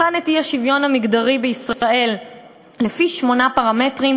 בחן את האי-שוויון המגדרי בישראל לפי שמונה פרמטרים,